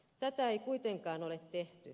tätä ei kuitenkaan ole tehty